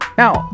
now